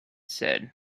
said